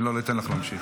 אם לא, לא אתן לך להמשיך.